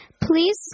Please